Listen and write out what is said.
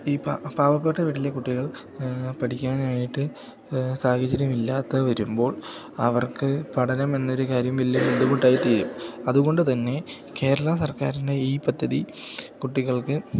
ഈ പാവപ്പെട്ട വീട്ടിലെ കുട്ടികൾ പഠിക്കാനായിട്ട് സാഹചര്യമില്ലാത്ത വരുമ്പോൾ അവർക്ക് പഠനം എന്നൊരു കാര്യം വലിയ ബുദ്ധിമുട്ടായിത്തീരും അതുകൊണ്ട് തന്നെ കേരള സർക്കാരിൻറ്റെ ഈ പദ്ധതി കുട്ടികൾക്ക്